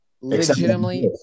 Legitimately